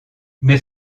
mais